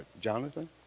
Jonathan